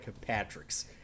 Patrick's